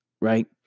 right